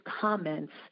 comments